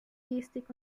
gestik